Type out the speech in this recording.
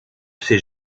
s’est